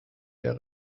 der